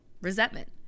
Resentment